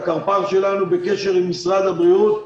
הקרפ"ר שלנו בקשר עם משרד הבריאות.